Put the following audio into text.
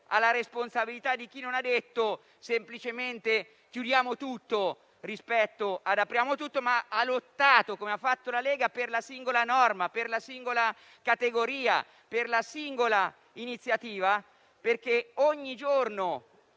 alla responsabilità di chi non ha contrapposto semplicemente un chiudiamo tutto a un apriamo tutto, ma ha lottato - come ha fatto la Lega - per la singola norma, per la singola categoria, per la singola iniziativa. Ogni giorno